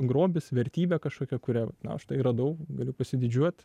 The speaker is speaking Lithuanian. grobis vertybė kažkokia kurią na štai radau galiu pasididžiuot